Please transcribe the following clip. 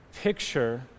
Picture